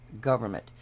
government